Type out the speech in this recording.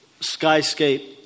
skyscape